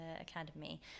academy